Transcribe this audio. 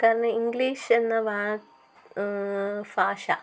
കാരണം ഇംഗ്ലീഷ് എന്ന വാക്ക് ഭാഷ